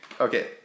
okay